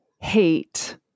hate